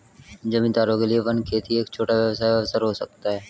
जमींदारों के लिए वन खेती एक छोटा व्यवसाय अवसर हो सकता है